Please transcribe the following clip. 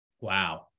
Wow